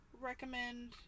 recommend